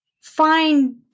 fine